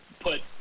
put